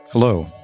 Hello